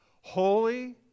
Holy